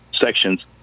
sections